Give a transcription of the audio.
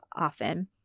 often